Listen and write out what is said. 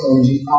energy